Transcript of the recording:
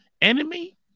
enemy